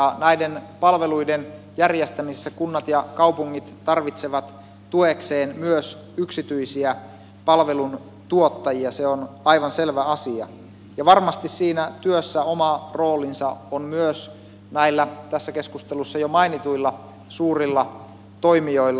näiden palveluiden järjestämisessä kunnat ja kaupungit tarvitsevat tuekseen myös yksityisiä palveluntuottajia se on aivan selvä asia ja varmasti siinä työssä oma roolinsa on myös näillä tässä keskustelussa jo mainituilla suurilla toimijoilla